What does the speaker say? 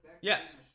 Yes